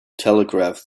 telegraph